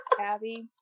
Abby